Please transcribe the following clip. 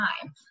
time